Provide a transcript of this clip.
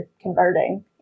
converting